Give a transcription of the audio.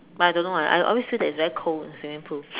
but I don't know I I always feel that is very cold in swimming pool